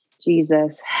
Jesus